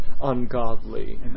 ungodly